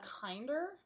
kinder